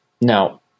Now